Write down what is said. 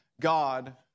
God